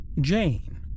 Jane